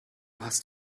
hast